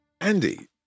Andy